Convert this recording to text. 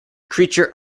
creature